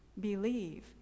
believe